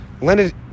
Leonard